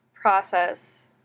process